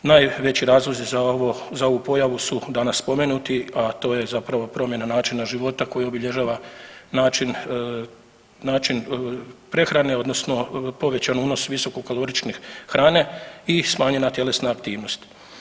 Najveći razlozi za ovo, za ovu pojavu su danas spomenuti, a to je zapravo promjena načina života koji obilježava način, način prehrane odnosno povećan unos visokokalorične hrane i smanjena tjelesna aktivnost.